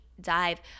dive